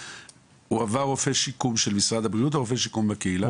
הוא עבר רופא שיקום של משרד הבריאות או רופא שיקום בקהילה?